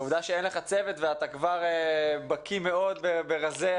העובדה שאין לך צוות ואתה כבר בקיא מאוד ברזי